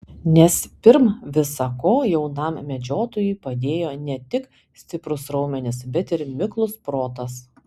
nes pirm visa ko jaunam medžiotojui padėjo ne tik stiprūs raumenys bet ir miklus protas